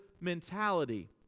mentality